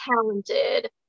talented